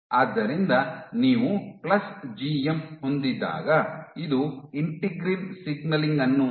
ಆದ್ದರಿಂದ ನೀವು plus GM ಹೊಂದಿದ್ದಾಗ ಇದು ಇಂಟಿಗ್ರಿನ್ ಸಿಗ್ನಲಿಂಗ್ ಅನ್ನು ತಡೆಯುತ್ತದೆ